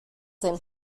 zen